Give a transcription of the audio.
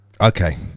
Okay